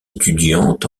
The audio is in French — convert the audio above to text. étudiante